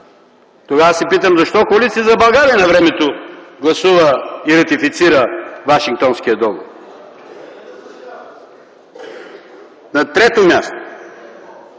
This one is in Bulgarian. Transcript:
Тогава се питам защо Коалиция за България на времето гласува и ратифицира Вашингтонския договор?! (Шум